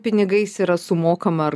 pinigais yra sumokama ar